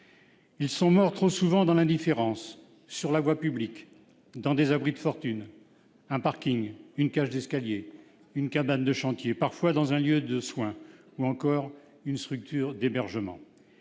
Ils sont morts, trop souvent dans l'indifférence, sur la voie publique, dans des abris de fortune-parking, cage d'escalier, cabane de chantier ...-, parfois dans un lieu de soins ou une structure d'hébergement.